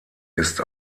ist